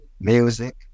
Music